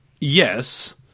yes